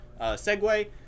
segue